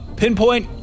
pinpoint